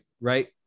Right